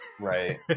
Right